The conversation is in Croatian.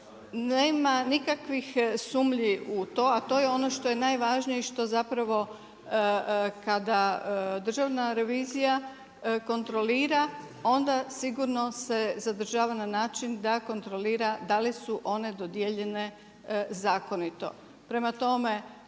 nema nikakvih sumnji u to a to je ono što je najvažnije i što zapravo kada državna revizija kontrolira onda sigurno se zadržava na način da kontrolira da li su one dodijeljene zakonito. Prema tome,